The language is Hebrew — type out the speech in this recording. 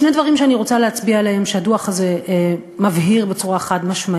יש שני דברים שאני רוצה להצביע עליהם שהדוח הזה מבהיר בצורה חד-משמעית.